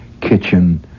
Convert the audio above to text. kitchen